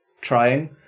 trying